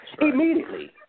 Immediately